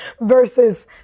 versus